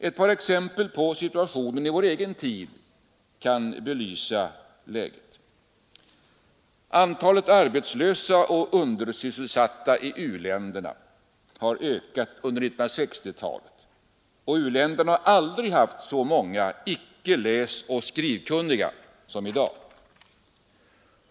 Ett par exempel på situationen i vår egen tid: Antalet arbetslösa och undersysselsatta i u-länderna har ökat under 1960-talet. U-länderna har aldrig haft så många icke läsoch skrivkunniga som i dag.